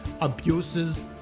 abuses